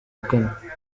kane